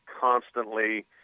constantly